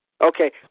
Okay